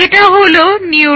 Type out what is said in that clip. এটা হলো একটা নিউরোন